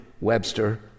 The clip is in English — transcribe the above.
Webster